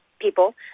people